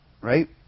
right